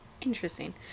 Interesting